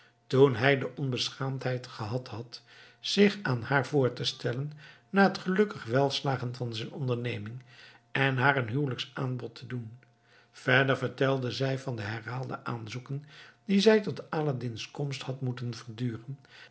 toen hij de onbeschaamdheid gehad had zich aan haar voor te stellen na het gelukkig welslagen van zijn onderneming en haar een huwelijksaanbod te doen verder vertelde zij van de herhaalde aanzoeken die zij tot aladdin's komst had moeten verduren